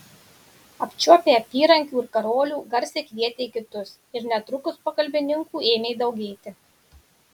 apčiuopę apyrankių ir karolių garsiai kvietė kitus ir netrukus pagalbininkų ėmė daugėti